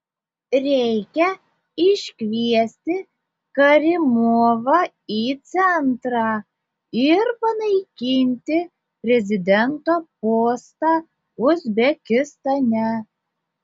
reikia iškviesti karimovą į centrą ir panaikinti prezidento postą uzbekistane